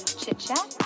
chit-chat